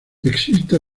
existe